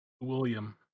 William